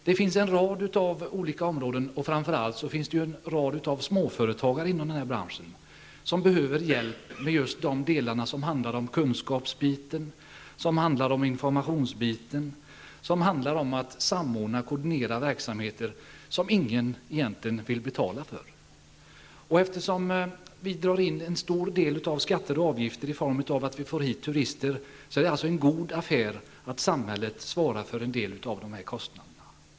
Det finns småföretagare inom en rad olika områden i den här branschen som behöver hjälp med de delar som handlar om kunskap, information och som handlar om samordning och koordination av verksamheter som ingen egentligen vill betala för. Eftersom en stor del av skatter och avgifter dras in från turism, är det alltså en god affär för samhället att svara för en del av dessa kostnader.